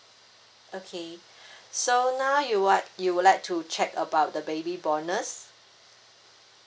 okay so now you what you would like to check about the baby bonus